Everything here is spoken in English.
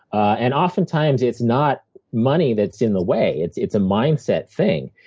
and oftentimes, it's not money that's in the way. it's it's a mindset thing,